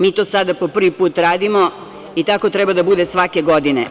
Mi to sada po prvi put radimo i tako treba da bude svake godine.